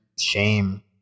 shame